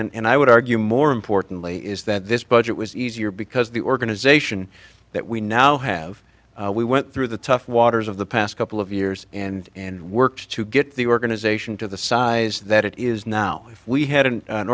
and i would argue more importantly is that this budget was easier because the organization that we now have we went through the tough waters of the past couple of years and works to get the organization to the size that it is now if we had an